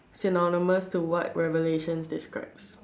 synonymous to what revelation describes